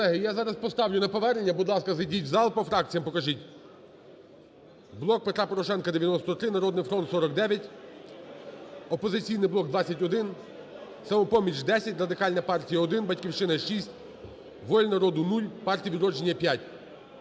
я зараз поставлю на повернення, будь ласка, зайдіть в зал. По фракціям покажіть. "Блок Петра Порошенка" – 93, "Народний фронт" – 49, "Опозиційний блок" – 21, "Самопоміч" – 10, Радикальна партія – 1, "Батьківщина" – 6, "Воля народу" – 0, "Партія "Відродження"